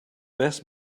best